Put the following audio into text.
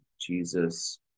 Jesus